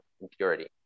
impurity